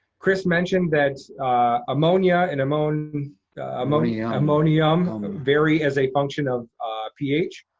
kris mentioned that ammonia and ammonium ammonium. ammonium um vary as a function of ph.